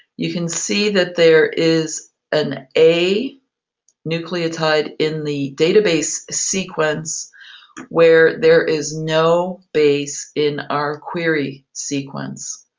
you can see that there is an a nucleotide in the data base sequence where there is no base in our query sequence.